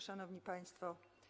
Szanowni Państwo!